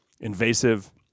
invasive